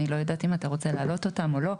אני לא יודעת אם אתה רוצה להעלות אותן או לא.